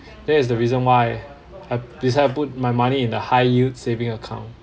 that is the reason why I I decided to put my money in the high yield saving account